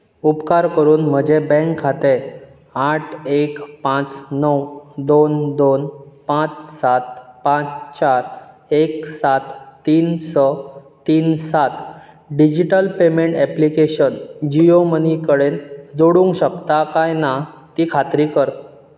उपकार करून म्हजें बँक खातें आठ एक पांच णव दोन दोन पांच सात पांच चार एक सात तीन स तीन सात digital payment application Jio money कडेन जोडूंक शकता काय ना ती खात्री कर